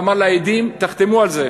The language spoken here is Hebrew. ואמר לעדים: תחתמו על זה.